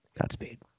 Godspeed